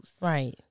Right